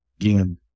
Again